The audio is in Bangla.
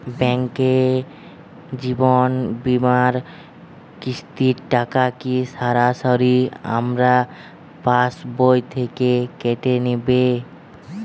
ব্যাঙ্ক জীবন বিমার কিস্তির টাকা কি সরাসরি আমার পাশ বই থেকে কেটে নিবে?